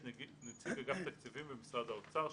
נציג אגף תקציבים במשרד האוצר.